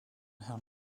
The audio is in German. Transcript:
herrn